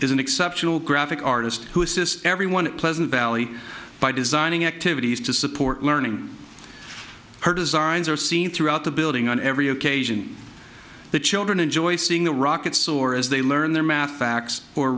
is an exceptional graphic artist who assists everyone pleasant valley by designing activities to support learning her designs are seen throughout the building on every occasion the children enjoy seeing the rockets soar as they learn their math facts or